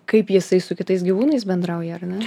kaip jisai su kitais gyvūnais bendrauja ar ne